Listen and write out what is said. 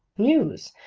news!